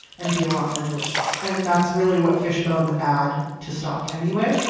and be a lot more delicious and that's really what fish bones add to stock anyway.